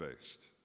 based